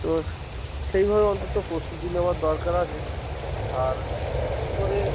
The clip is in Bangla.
তো সেইভাবে অন্তত প্রস্তুতি নেওয়ার দরকার আছে আর বিশেষ করে